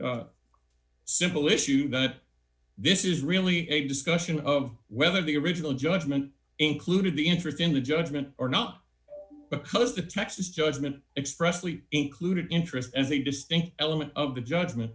simple issue that this is really a discussion of whether the original judgment included the interest in the judgment or not because the texas judgment expressly included interest as a distinct element of the judgment